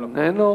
אם כן,